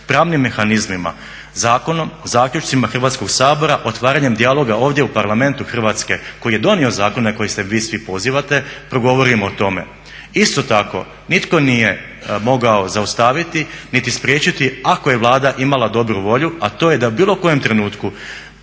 pravnim mehanizmima, zakonom zaključcima Hrvatskog sabora otvaranjem dijaloga ovdje u Parlamentu Hrvatske koji je donio zakone na koje se vi svi pozivate progovorimo o tome. Isto tako nitko nije mogao zaustaviti niti spriječiti ako je Vlada imala dobru volju, a to je da u bilo kojem trenutku